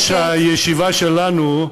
יושבת-ראש הישיבה שלנו,